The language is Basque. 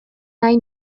nahi